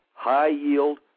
high-yield